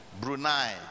Brunei